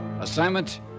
Assignment